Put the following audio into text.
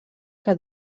que